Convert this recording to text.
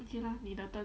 okay know